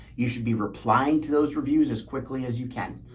you should be replying to those reviews as quickly as you can.